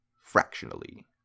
Fractionally